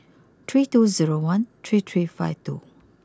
three two zero one three three five two